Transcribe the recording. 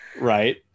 right